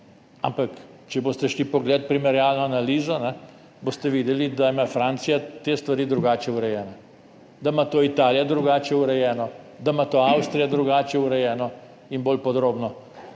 ampak če boste šli pogledat primerjalno analizo, boste videli, da ima Francija te stvari drugače urejene, da ima Italija to drugače urejeno, da ima Avstrija to drugače urejeno in bolj podrobno,